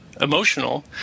emotional